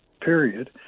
period